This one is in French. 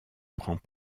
prend